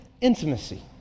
intimacy